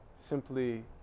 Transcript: simply